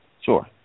Sure